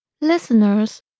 Listeners